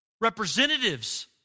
representatives